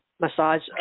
massage